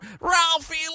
Ralphie